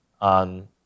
on